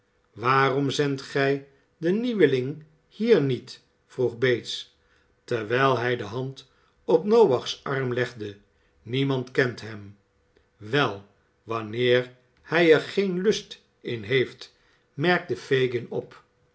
waarom zendt gij den njeuwe ing hier niet vroeg bates terwijl hij de hand op noach's arm legde niemand kent hem wel wanneer hij er geen lust in heeft merkte fagin op